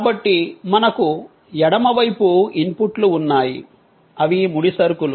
కాబట్టి మనకు ఎడమ వైపు ఇన్పుట్లు ఉన్నాయి అవి ముడిసరుకులు